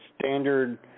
standard